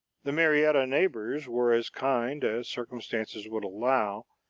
the marietta neighbors were as kind as circumstances would allow,